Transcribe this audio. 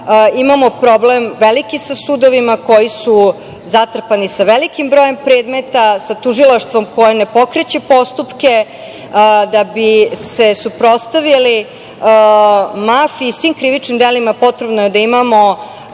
veliki problem sa sudovima, koji su zatrpani velikim brojem predmeta, sa tužilaštvom koje ne pokreće postupke. Da bi se suprotstavili mafiji i svim krivičnim delovima, potrebno je da imamo